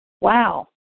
Wow